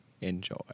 Enjoy